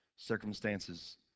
circumstances